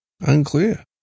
Unclear